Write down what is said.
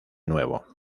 nuevo